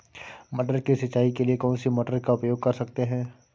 मटर की सिंचाई के लिए कौन सी मोटर का उपयोग कर सकते हैं?